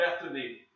Bethany